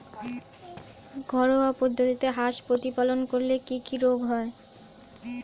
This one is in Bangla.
ঘরোয়া পদ্ধতিতে হাঁস প্রতিপালন করলে কি কি রোগ হয়?